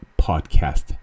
podcast